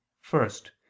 First